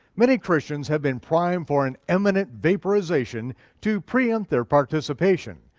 many christians have been prime for an imminent vaporization to preempt their participation.